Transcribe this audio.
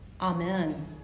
Amen